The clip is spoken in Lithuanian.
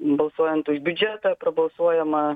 balsuojant už biudžetą prabalsuojama